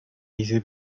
hice